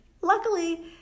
Luckily